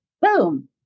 boom